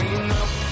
enough